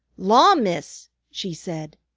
law, miss, she said,